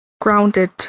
grounded